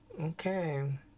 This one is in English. Okay